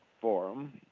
Forum